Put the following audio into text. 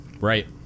Right